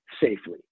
safely